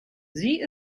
sie